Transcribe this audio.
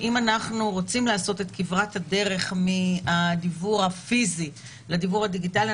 אם אנחנו רוצים לעשות את כברת הדרך מהדיוור הפיזי לדיוור הדיגיטלי,